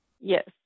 Yes